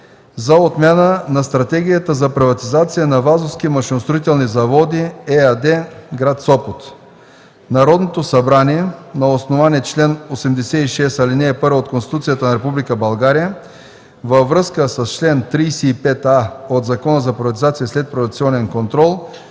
за отмяна на Стратегията за приватизация на „Вазовски машиностроителни заводи” ЕАД – Сопот Народното събрание на основание чл. 86, ал. 1 от Конституцията на Република България, във връзка с чл. 35а от Закона за приватизация и следприватизационен контрол